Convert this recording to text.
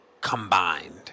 combined